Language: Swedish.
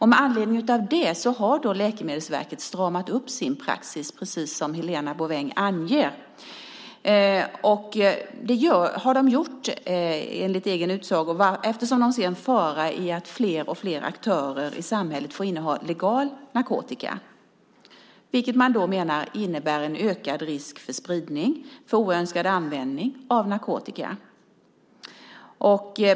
Med anledning av det har Läkemedelsverket stramat upp sin praxis, precis som Helena Bouveng anger. Det har de gjort, enligt egen utsago, eftersom de ser en fara i att fler och fler aktörer i samhället får inneha legal narkotika, vilket man menar innebär en ökad risk för spridning och oönskad användning av narkotika.